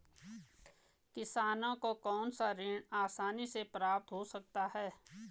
किसानों को कौनसा ऋण आसानी से प्राप्त हो सकता है?